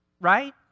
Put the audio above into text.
right